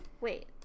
Wait